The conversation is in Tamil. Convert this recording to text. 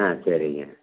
ஆ சரிங்க